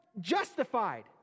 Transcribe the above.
justified